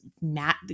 Matt